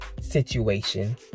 situation